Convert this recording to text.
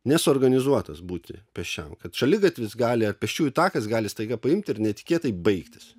nesuorganizuotas būti pėsčiam kad šaligatvis gali pėsčiųjų takas gali staiga paimti ir netikėtai baigtis